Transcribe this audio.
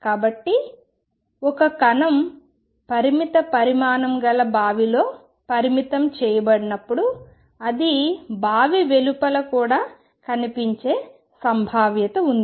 కాబట్టి ఒక కణం పరిమిత పరిమాణం గల బావి లో పరిమితం చేయబడినప్పుడు అది బావి వెలుపల కూడా కనిపించే సంభావ్యత ఉంది